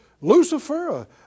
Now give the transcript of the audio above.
Lucifer